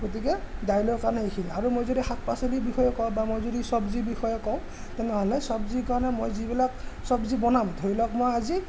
গতিকে দাইলৰ কাৰণে এইখিনি আৰু মই যদি শাক পাচলিৰ বিষয়ে কওঁ বা মই যদি চব্জিৰ বিষয়ে কওঁ তেনেহ'লে চব্জিৰ কাৰণে মই যিবিলাক চব্জি বনাম ধৰি লওক মই আজি